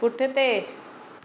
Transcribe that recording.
पुठिते